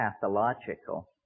pathological